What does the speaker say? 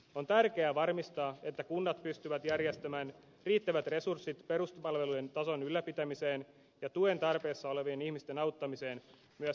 on tärkeää varmistaa että kunnat pystyvät järjestämään riittävät resurssit peruspalvelujen tason ylläpitämiseen ja tuen tarpeessa olevien ihmisten auttamiseen myös taantuman aikana